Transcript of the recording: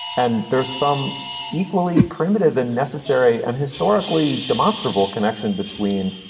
and there's some equally primitive than necessary and historically demonstrable connection between,